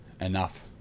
enough